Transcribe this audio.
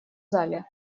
зале